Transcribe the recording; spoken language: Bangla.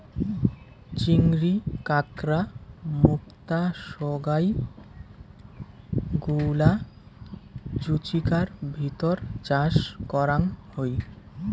চিংড়ি, কাঁকড়া, মুক্তা সোগায় গুলা জুচিকার ভিতর চাষ করাং হই